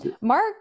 Mark